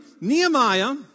Nehemiah